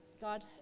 God